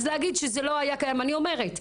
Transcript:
אז להגיד שזה לא היה קיים, אני אומרת,